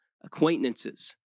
acquaintances